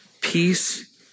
peace